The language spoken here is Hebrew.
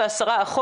אובדנות או אחר.